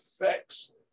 effects